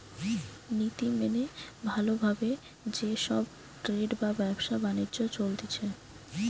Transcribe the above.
নীতি মেনে ভালো ভাবে যে সব ট্রেড বা ব্যবসা বাণিজ্য চলতিছে